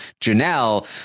Janelle